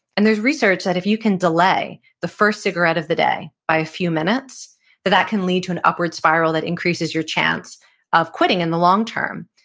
and there's research that if you can delay the first cigarette of the day by a few minutes that that can lead to an upward spiral that increases your chance of quitting in the long-term.